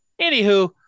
Anywho